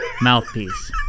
mouthpiece